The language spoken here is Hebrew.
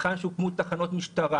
היכן שהוקמו תחנות משטרה